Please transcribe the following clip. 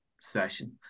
session